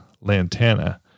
lantana